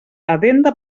addenda